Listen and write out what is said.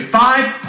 five